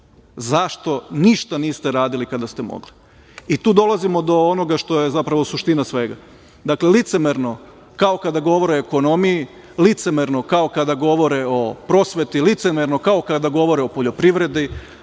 Zašto ništa niste radili kada ste mogli?I tu dolazimo do onoga što je zapravo suština svega. Dakle, licemerno kao kada govore o ekonomiji, licemerno kao kada govore o prosveti, licemerno kao kada govore o poljoprivredi,